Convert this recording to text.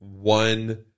one